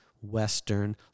western